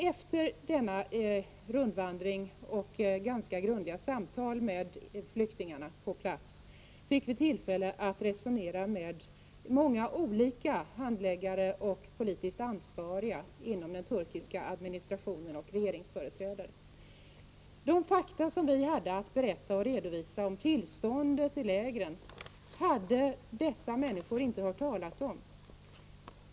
Efter denna rundvandring och ganska grundliga samtal med flyktingarna på plats fick vi tillfälle att resonera med många olika handläggare och politiskt ansvariga inom den turkiska administrationen, liksom regeringsföreträdare. De fakta som vi hade att berätta och redovisa om tillståndet i lägren hade dessa människor inte hört talas om!